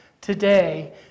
today